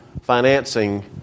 financing